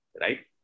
right